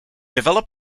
develop